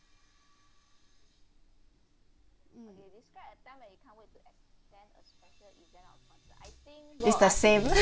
is the same